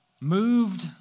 Moved